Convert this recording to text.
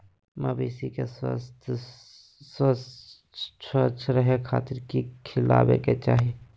मवेसी के स्वास्थ्य अच्छा रखे खातिर की खिलावे के चाही?